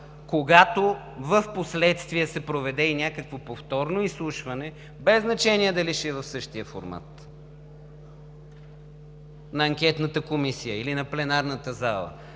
когато впоследствие се проведе и някакво повторно изслушване, без значение дали ще е в същия формат, от Анкетната комисия или от пленарната зала,